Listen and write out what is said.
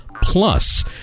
Plus